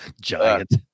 Giant